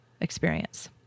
experience